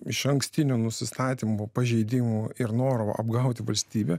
išankstinių nusistatymų pažeidimų ir noro apgauti valstybę